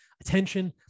attention